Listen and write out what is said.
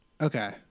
Okay